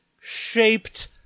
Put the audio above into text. shaped